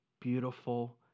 beautiful